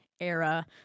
era